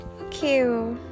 okay